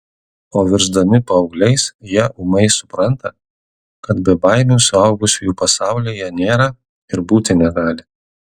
o virsdami paaugliais jie ūmai supranta kad bebaimių suaugusiųjų pasaulyje nėra ir būti negali